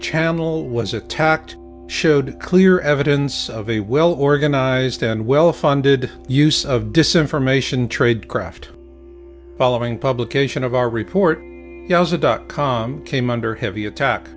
channel was attacked showed clear evidence of a well organized and well funded use of dissin from ation trade craft following publication of our report dot com came under heavy attack